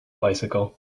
bicycle